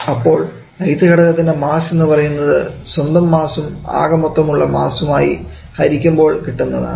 അപ്പോൾ ith ഘടകത്തിൻറെ mass എന്ന് പറയുന്നത് സ്വന്തം മാസ്സും ആകെമൊത്തം ഉള്ള മാസ്സും ആയി ഹരിക്കുമ്പോൾ കിട്ടുന്നതാണ്